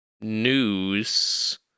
news